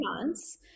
months